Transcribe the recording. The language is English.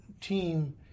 team